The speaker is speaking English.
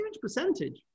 percentage